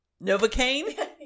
Novocaine